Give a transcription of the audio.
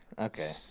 Okay